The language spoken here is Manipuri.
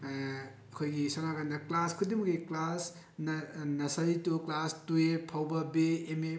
ꯑꯩꯈꯣꯏꯒꯤ ꯁꯣꯝ ꯅꯥꯀꯟꯗ ꯀ꯭ꯂꯥꯁ ꯈꯨꯗꯤꯡꯃꯛꯀꯤ class nursery two class twelve ꯐꯥꯎꯕ ꯕꯤ ꯑꯦ ꯑꯦꯝ ꯑꯦ